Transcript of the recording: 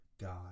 God